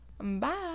Bye